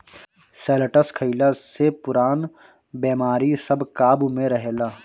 शैलटस खइला से पुरान बेमारी सब काबु में रहेला